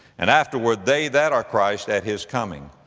and afterward they that are christ's at his coming.